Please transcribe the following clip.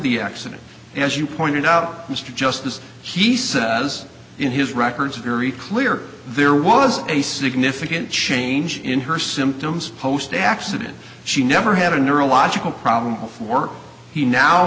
the accident as you pointed out mr justice he says in his records very clear there was a significant change in her symptoms post accident she never had a neurological problem before he now